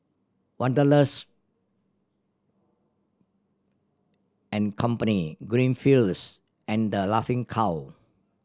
Wanderlust and Company Greenfields and The Laughing Cow